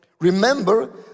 remember